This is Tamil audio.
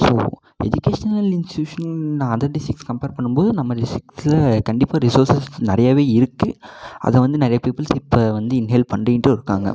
ஸோ எஜுகேஷ்னல் இன்ஸ்டியூஷன் நா அதர் டிஸ்டிக்ஸ் கம்பேர் பண்ணும்போது நம்ம டிஸ்டிக்ஸில் கண்டிப்பாக ரிசோர்ஸஸ் நிறையவே இருக்குது அதை வந்து நிறைய பீப்பிள்ஸ் இப்போ வந்து இன்ஹேல் பண்ணிகிட்டும் இருக்காங்க